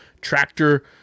Tractor